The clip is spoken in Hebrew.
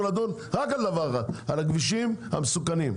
אלא רק על דבר אחד על הכבישים המסוכנים.